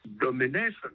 Domination